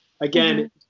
Again